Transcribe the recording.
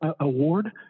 award